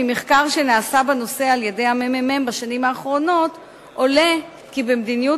ממחקר שנעשה בנושא על-ידי הממ"מ בשנים האחרונות עולה כי במדינות